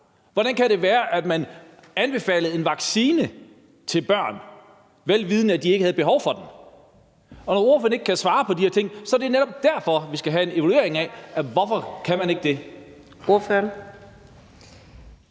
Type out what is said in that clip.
Hvordan kan det være, at man anbefalede en vaccine til børn, vel vidende at de ikke havde behov for den? Når ordføreren ikke kan svare på de her ting, er det netop derfor, at vi skal have en evaluering af, hvorfor man ikke kan